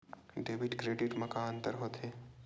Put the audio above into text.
Debit credit मा का अंतर होत हे?